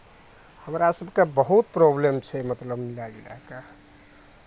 हमरा सभकेँ बहुत प्रोबलमँ छै मतलब मिलाए जुलाए कऽ